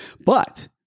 But-